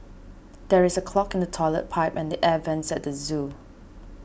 there is a clog in the Toilet Pipe and the Air Vents at the zoo